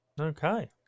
Okay